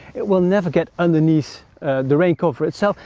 it will never get underneath the rain cover itself.